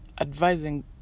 advising